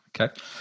Okay